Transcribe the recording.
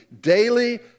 daily